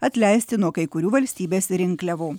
atleisti nuo kai kurių valstybės rinkliavų